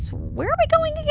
where are we going again?